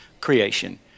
creation